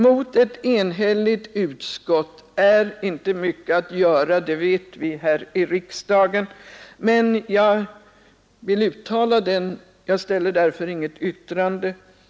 Mot ett enhälligt utskott är inte mycket att göra — det vet vi här i riksdagen — och jag ställer därför inget yrkande.